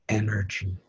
energy